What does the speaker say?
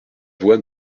voie